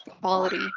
quality